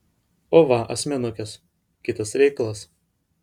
o va asmenukės kitas reikalas